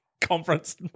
conference